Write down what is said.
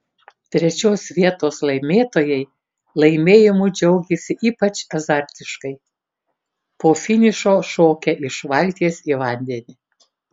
trečios vietos laimėtojai laimėjimu džiaugėsi ypač azartiškai po finišo šokę iš valties į vandenį